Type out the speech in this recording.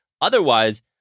otherwise